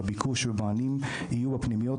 בביקוש ו --- יהיו בפנימיות.